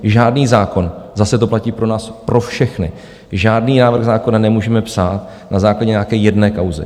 Žádný zákon zase to platí pro nás pro všechny žádný návrh zákona nemůžeme psát na základě nějaké jedné kauzy.